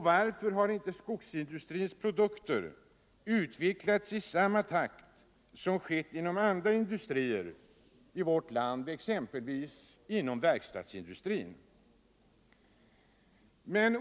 Varför har inte skogsindustrins produkter utvecklats i samma takt som skett inom andra industrier i vårt land, exempelvis inom verkstadsindustrin?